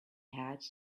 had